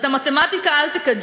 אז את המתמטיקה אל תקדשו,